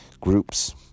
groups